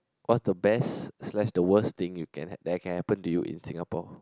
what's the best slash the worst things you can that can happen in you in Singapore